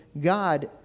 God